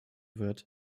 wird